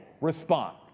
response